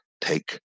take